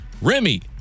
Remy